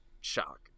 shock